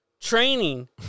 training